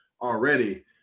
already